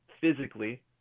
physically